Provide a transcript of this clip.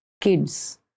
kids